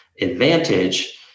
advantage